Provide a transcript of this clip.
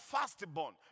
firstborn